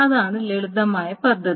അതാണ് ലളിതമായ പദ്ധതി